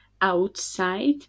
outside